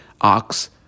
ox